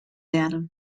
werde